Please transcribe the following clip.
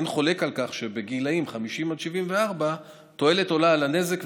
אין חולק על כך שבגילים 50 עד 74 התועלת עולה על הנזק,